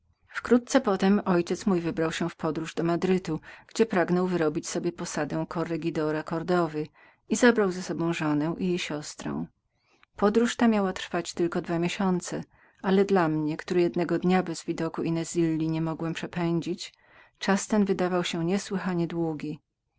tego mój ojciec wybrał się na podróż do madrytu gdzie pragnął wyrobić sobie posadę korredżydora kordowy i zabrał z sobą żonę i jej siostrę podróż ta miała trwać dwa miesiące ale dla mnie który jednego dnia bez widoku inezilli nie mogłem przepędzić czas ten wydawał się niesłychanie długim